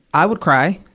i would cry,